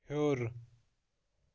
ہیوٚر